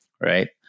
Right